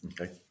Okay